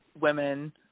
women